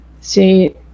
see